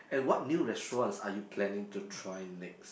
at what new restaurants are you planning to try next